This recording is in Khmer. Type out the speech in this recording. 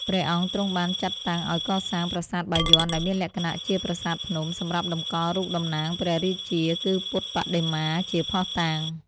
ព្រះអង្គទ្រង់បានចាត់តាំងឱ្យកសាង ប្រាសាទបាយ័នដែលមានលក្ខណៈជាប្រាសាទភ្នំ សម្រាប់តម្កល់រូបតំណាងព្រះរាជា គឺពុទ្ធបដិមាជាភ័ស្តុតាង។